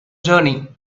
journey